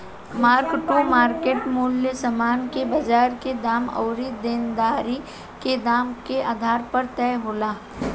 mark to market मूल्य समान के बाजार के दाम अउरी देनदारी के दाम के आधार पर तय होला